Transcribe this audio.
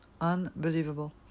unbelievable